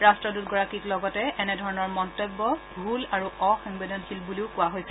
ৰাট্টদূতগৰাকীক লগতে এনেধৰণৰ মন্তব্য ভূল আৰু অসংবেদনশীল বুলিও কোৱা হৈছে